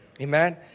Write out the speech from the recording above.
Amen